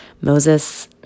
Moses